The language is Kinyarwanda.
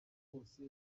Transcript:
bose